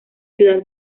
ciudad